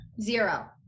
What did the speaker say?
Zero